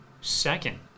second